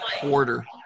quarter